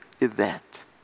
event